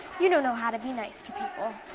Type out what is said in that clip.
you don't know how to be nice to people.